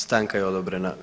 Stanka je odobrena.